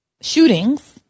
shootings